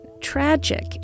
tragic